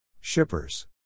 shippers